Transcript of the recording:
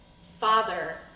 Father